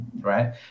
right